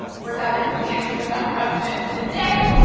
we're diving into the answer of that question today.